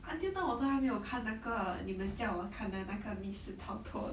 until now 我都还没有看那个你们叫我看的那个密室逃脱